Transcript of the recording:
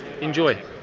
Enjoy